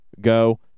go